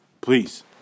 Please